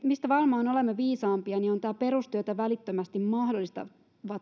mistä varmaan olemme jatkossa viisaampia ovat nämä perustyötä välittömästi mahdollistavat